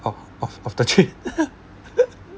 of of of the train